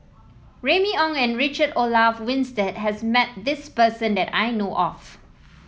Remy Ong and Richard Olaf Winstedt has met this person that I know of